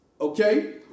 Okay